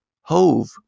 Hove